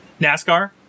NASCAR